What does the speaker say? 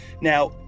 Now